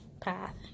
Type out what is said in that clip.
path